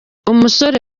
musore